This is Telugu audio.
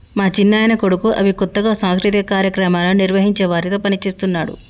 మా చిన్నాయన కొడుకు అవి కొత్తగా సాంస్కృతిక కార్యక్రమాలను నిర్వహించే వారితో పనిచేస్తున్నాడు